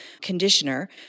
conditioner